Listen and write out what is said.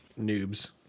noobs